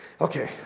Okay